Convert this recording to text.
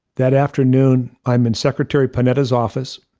that afternoon. i'm in secretary panetta s office.